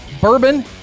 bourbon